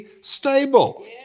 stable